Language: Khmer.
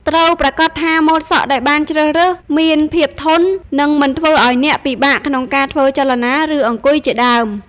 ត្រូវប្រាកដថាម៉ូតសក់ដែលបានជ្រើសរើសមានភាពធន និងមិនធ្វើឱ្យអ្នកពិបាកក្នុងការធ្វើចលនា ឬអង្គុយជាដើម ។